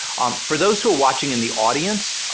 for those who were watching in the audience,